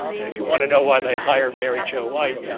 and if you want to know why they hired mary jo white, yeah